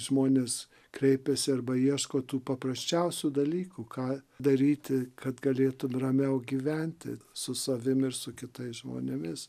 žmonės kreipiasi arba ieško tų paprasčiausių dalykų ką daryti kad galėtų ramiau gyventi su savim ir su kitais žmonėmis